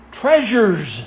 Treasures